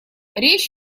речь